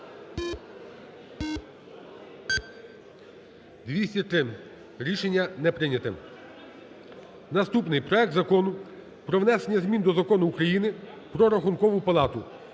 За-203 Рішення не прийнято. Наступний. Проект Закону про внесення змін до Закону України "Про Рахункову палату"